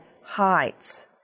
heights